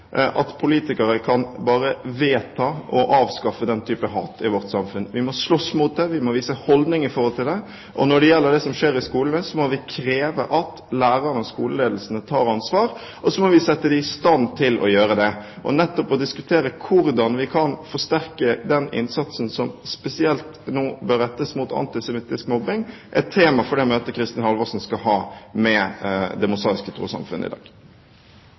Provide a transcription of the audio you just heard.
at politikere bare kan vedta å avskaffe den typen hat i vårt samfunn. Vi må slåss mot det, vi må vise holdninger i forhold til det. Når det gjelder det som skjer i skolene, må vi kreve at lærerne og skoleledelsen tar ansvar, og så må vi sette dem i stand til å gjøre det – nettopp å diskutere hvordan vi kan forsterke den innsatsen som spesielt nå bør rettes mot antisemittisk mobbing, som er tema for det møtet Kristin Halvorsen skal ha med Det Mosaiske Trossamfund i dag.